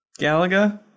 Galaga